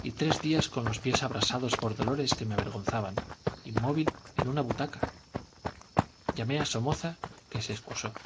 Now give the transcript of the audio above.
y tres días con los pies abrasados por dolores que me avergonzaban inmóvil en una butaca llamé a somoza que se excusó